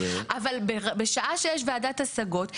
אבל בשעה שיש ועדת השגות,